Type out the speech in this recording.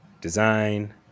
design